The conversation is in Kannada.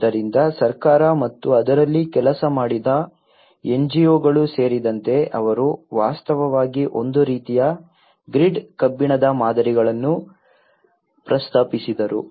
ಆದ್ದರಿಂದ ಸರ್ಕಾರ ಮತ್ತು ಅದರಲ್ಲಿ ಕೆಲಸ ಮಾಡಿದ NGO ಗಳು ಸೇರಿದಂತೆ ಅವರು ವಾಸ್ತವವಾಗಿ ಒಂದು ರೀತಿಯ ಗ್ರಿಡ್ ಕಬ್ಬಿಣದ ಮಾದರಿಗಳನ್ನು ಪ್ರಸ್ತಾಪಿಸಿದರು